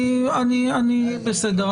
בסדר,